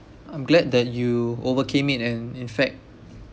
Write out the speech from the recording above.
I'm glad that you overcame it and in fact